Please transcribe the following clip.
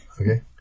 Okay